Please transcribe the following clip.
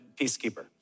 peacekeeper